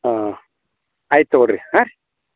ಹಾಂ ಆಯ್ತು ತಗೋರಿ ಹಾಂ